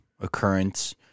occurrence